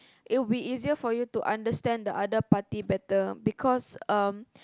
it will be easier for you to understand the other party better because um